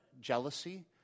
jealousy